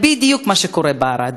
בדיוק מה קורה בערד,